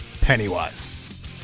Pennywise